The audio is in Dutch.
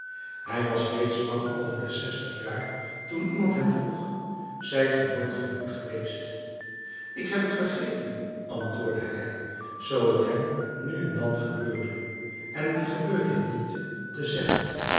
hij was reeds lang over de zestig jaar toen iemand hem vroeg zijt ge nooit gehuwd geweest ik heb t vergeten antwoordde hij zoo t hem nu en dan gebeurde en wien gebeurt dit niet te zeggen